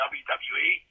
wwe